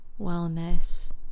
wellness